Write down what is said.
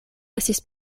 estis